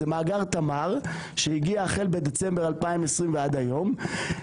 זה מאגר תמר שהגיע החל בדצמבר 2020 ועד היום,